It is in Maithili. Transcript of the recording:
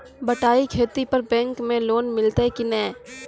बटाई खेती पर बैंक मे लोन मिलतै कि नैय?